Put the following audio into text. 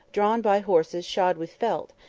drawn by horses shod with felt,